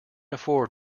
afford